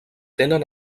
tenen